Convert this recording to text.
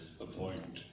appoint